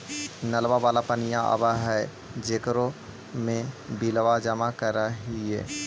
नलवा वाला पनिया आव है जेकरो मे बिलवा जमा करहिऐ?